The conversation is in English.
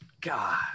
God